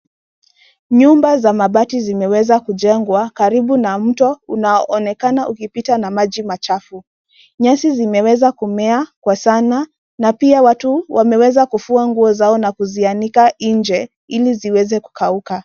Nyumba za mabati zimeweza kujengwa karibu na mto unaoonekana ukipita na maji machafu. Nyasi zimeweza kumea kwa sana na pia watu wameweza kufua nguo zao na kuzianika nje ili ziweze kukauka.